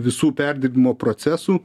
visų perdirbimo procesų